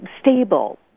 stable